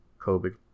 COVID